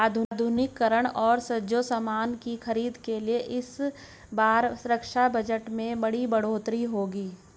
आधुनिकीकरण और साजोसामान की खरीद के लिए इस बार रक्षा बजट में बड़ी बढ़ोतरी होगी